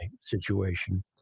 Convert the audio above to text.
situation